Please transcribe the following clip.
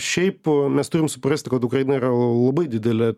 šiaip mes turim suprasti kad ukraina yra labai didelė